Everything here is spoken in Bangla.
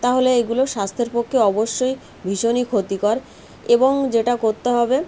তাহলে এগুলো স্বাস্থ্যের পক্ষে অবশ্যই ভীষণই ক্ষতিকর এবং যেটা করতে হবে